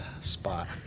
spot